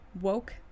woke